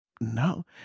no